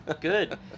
good